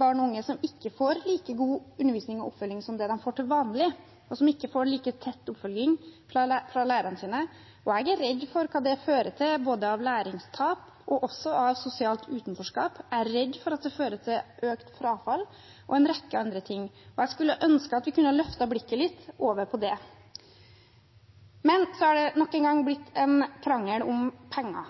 barn og unge som ikke får like god undervisning og oppfølging som det de får til vanlig, og som ikke får like tett oppfølging fra lærerne sine. Jeg er redd for hva det fører til både av læringstap og av sosialt utenforskap. Jeg er redd for at det fører til økt frafall og en rekke andre ting, og jeg skulle ønske at vi kunne ha løftet blikket litt over på det. Men så har det nok en gang blitt en krangel om penger.